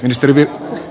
ilmastopolitiikkaan